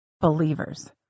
believers